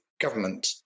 government